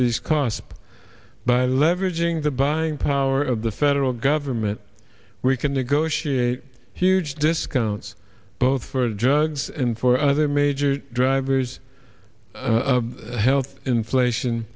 these costs by leveraging the buying power of the federal government we can negotiate huge discounts both for drugs and for other major drivers health inflation